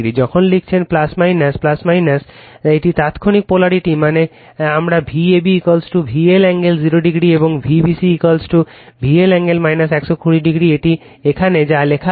যখন লিখছেন যে এটি তাত্ক্ষণিক পোলারিটি মানে আমার Vab VL কোণ 0 o এবং Vbc VL কোণ 120 o এটি এখানে যা লেখা আছে